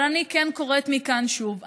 אבל אני כן קוראת מכאן שוב,